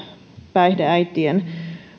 päihdeäitien